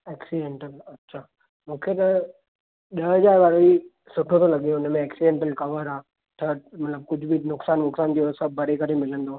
accidental अछा मूंखे त ॾह हज़ार वारे में सुठो थो लॻे उन में एक्सीडेंटल कवर आहे त मतलबु कुझु बि नुक़सानु वुकसान इहो सभु भरे करे मिलंदो